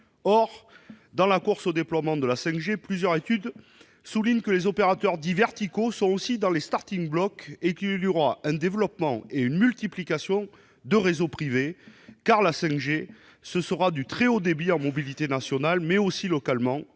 Or, dans la course au déploiement de la 5G, plusieurs études soulignent que les opérateurs dits « verticaux » sont aussi dans les starting-blocks, et qu'il y aura un développement et une multiplication de réseaux privés. En effet, la 5G, ce sera du très haut débit en mobilité nationale, mais aussi au